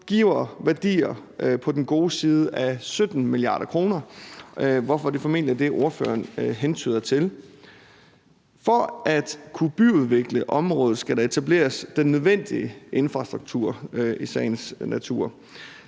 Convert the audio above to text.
giver værdier på den gode side af 17 mia. kr., hvorfor det formentlig er det, ordføreren hentyder til. For at kunne byudvikle området skal der i sagens natur etableres den nødvendige infrastruktur. Det